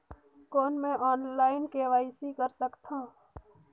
कौन मैं online KYC कर सकथव?